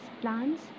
plants